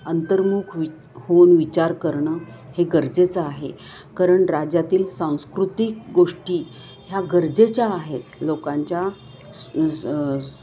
अंतर्मुख वि होऊन विचार करणं हे गरजेचं आहे कारण राज्यातील सांस्कृतिक गोष्टी ह्या गरजेच्या आहेत लोकांच्या स